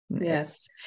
Yes